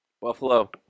Buffalo